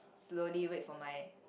slowly wait for my